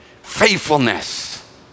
Faithfulness